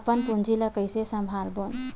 अपन पूंजी ला कइसे संभालबोन?